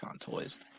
toys